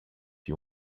you